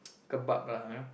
kebab lah you know